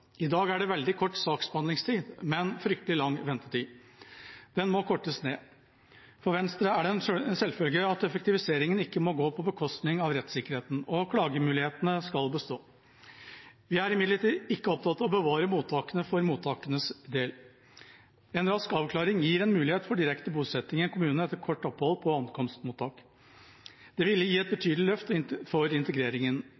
I dag er det veldig kort saksbehandlingstid, men fryktelig lang ventetid. Den må kortes ned. For Venstre er det en selvfølge at effektiviseringen ikke må gå på bekostning av rettssikkerheten, og at klagemulighetene skal bestå. Vi er imidlertid ikke opptatt av å bevare mottakene for mottakenes del. En rask avklaring gir en mulighet for direkte bosetting i en kommune etter kort opphold på ankomstmottak. Det ville gi et